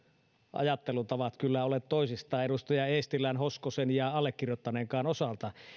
ajattelutavat kyllä ole toisistaan edustajien eestilä ja hoskonen ja allekirjoittaneenkaan osalta